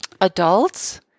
adults